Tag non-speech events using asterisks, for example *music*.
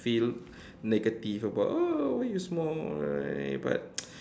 feel negative about oh why you smoke and all this but *noise*